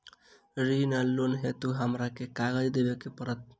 ऋण वा लोन हेतु हमरा केँ कागज देबै पड़त?